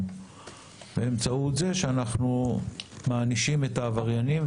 באמצעות זה שאנחנו מענישים את העבריינים,